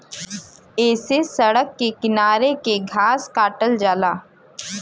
ऐसे सड़क के किनारे के घास काटल जाला